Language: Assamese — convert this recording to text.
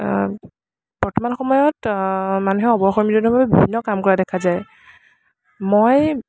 বৰ্তমান সময়ত মানুহে অৱসৰ বিনোদনৰ বাবে বিভিন্ন কাম কৰা দেখা যায় মই